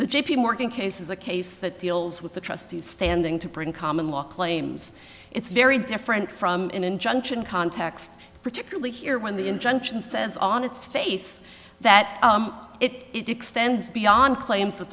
morgan case is a case that deals with the trustee standing to bring common law claims it's very different from an injunction context particularly here when the injunction says on its face that it extends beyond claims that